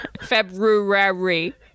February